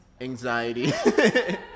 anxiety